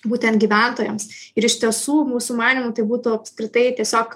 būtent gyventojams ir iš tiesų mūsų manymu tai būtų apskritai tiesiog